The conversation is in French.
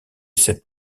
cette